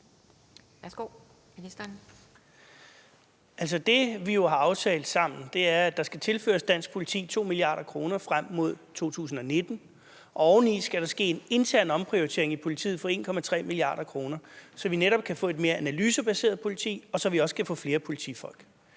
Justitsministeren (Søren Pind): Det, vi jo sammen har aftalt, er, at der skal tilføres dansk politi 2 mia. kr. frem mod 2019, og oveni skal der ske en intern omprioritering i politiet for 1,3 mia. kr., så vi netop kan få et mere analysebaseret politi, og så vi også kan få flere politifolk.